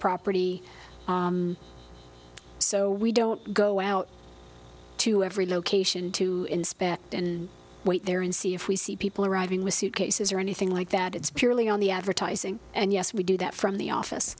property so we don't go out to every location to inspect and wait there and see if we see people arriving with suitcases or anything like that it's purely on the advertising and yes we do that from the office